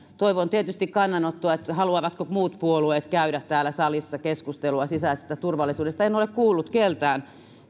toivon tietysti kannanottoa haluavatko muut puolueet käydä täällä salissa keskustelua sisäisestä turvallisuudesta en ole kuullut keneltäkään